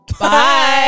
Bye